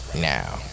now